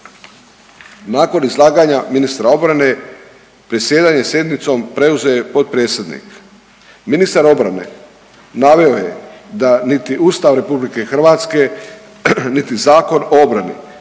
Nakon izlaganja ministra obrane predsjedanje sjednicom preuzeto je potpredsjednik. Ministar obrane naveo je da niti Ustav RH, niti Zakon o obrani